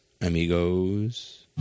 amigos